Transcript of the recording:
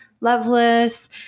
Loveless